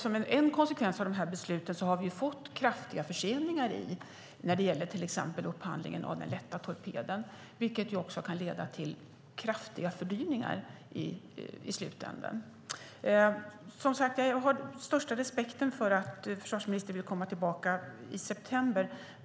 Som en konsekvens av besluten har vi fått kraftiga förseningar när det gäller exempelvis upphandlingen av den lätta torpeden, vilket kan leda till kraftiga fördyringar i slutänden. Jag har som sagt den största respekt för att försvarsministern vill komma tillbaka i september.